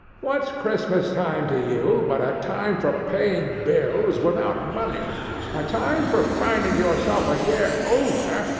what's christmas time to you but a time for paying bills without money a time for finding yourself a year older,